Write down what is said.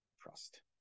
trust